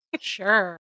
Sure